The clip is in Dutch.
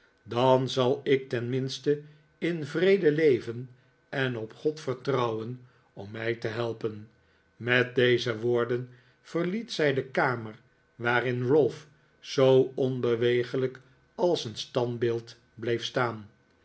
schande maken ik zal in het huis blijven ven en op god vertrouwen om mij te helpen met deze woorden verliet zij de kamer waarin ralph zoo onbeweeglijk als een standbeeld bleef staan